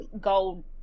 gold